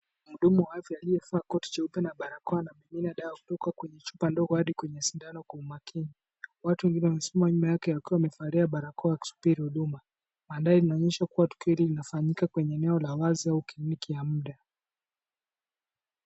Mhudumu wa afya aliyevaa koti jeupe na barakoa na mwingine dawa kutoka kwenye chupa ndogo hadi kwenye sindano kwa umakini. Watu wengine wamesimama nyuma yake wakiwa wamevalia barakoa wakisubiri huduma. Mandhari yanaonyesha kuwa tukio hili linafanyika kwenye eneo la wazi au kliniki ya muda.